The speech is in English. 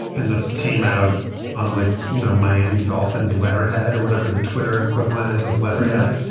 and this came out unlike, you know, miami dolphins letterhead or whatever the twitter equivalent is of letterhead.